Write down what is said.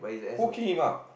who kick him out